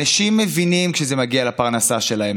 אנשים מבינים כשזה מגיע לפרנסה שלהם,